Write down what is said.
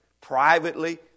privately